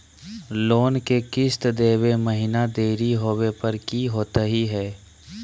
Loan के किस्त देवे महिना देरी होवे पर की होतही हे?